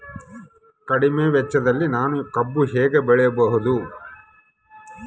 ಕಡಿಮೆ ವೆಚ್ಚದಲ್ಲಿ ನಾನು ಕಬ್ಬು ಹೇಗೆ ಬೆಳೆಯಬಹುದು?